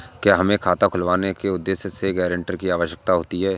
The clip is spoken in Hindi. क्या हमें खाता खुलवाने के उद्देश्य से गैरेंटर की आवश्यकता होती है?